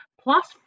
plus